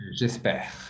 j'espère